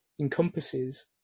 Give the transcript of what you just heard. encompasses